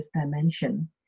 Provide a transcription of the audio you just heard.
dimension